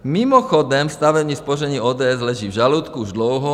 Mimochodem stavební spoření ODS leží v žaludku už dlouho.